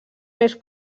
més